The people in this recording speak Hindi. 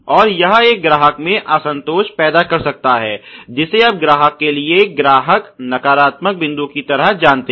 और यह एक ग्राहक में असंतोष पैदा कर सकता है जिसे आप ग्राहक के लिए एक ग्राहक नकारात्मक बिंदु की तरह जानते हैं